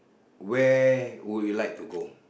where would you like to go